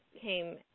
came